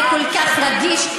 זה כל כך רגיש,